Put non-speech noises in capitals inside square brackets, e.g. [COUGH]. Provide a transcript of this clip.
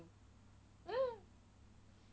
[NOISE]